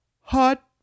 Hot